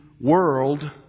world